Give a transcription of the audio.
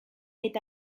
eta